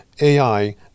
AI